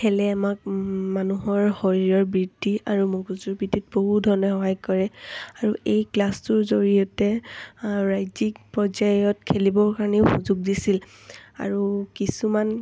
খেলে আমাক মানুহৰ শৰীৰৰ বৃদ্ধি আৰু মগজুৰ বৃদ্ধিত বহু ধৰণে সহায় কৰে আৰু এই ক্লাছটোৰ জৰিয়তে ৰাজ্যিক পৰ্যায়ত খেলিবৰ কাৰণেও সুযোগ দিছিল আৰু কিছুমান